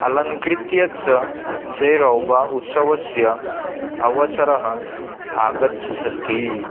अलङ्ककृत्य च सेरौबा उत्सवस्य अवसरः आगच्छति